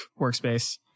workspace